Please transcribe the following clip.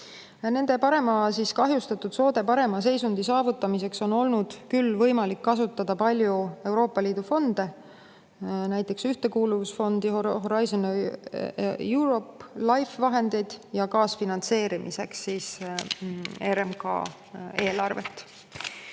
soodne seisund. Kahjustatud soode parema seisundi saavutamiseks on olnud võimalik kasutada palju Euroopa Liidu fondide, näiteks Ühtekuuluvusfondi, Horizon Europe'i, LIFE vahendeid, ja kaasfinantseerimiseks RMK eelarvet.